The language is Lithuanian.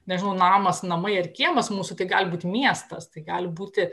nežinau namas namai ar kiemas mūsų tai gali būti miestas tai gali būti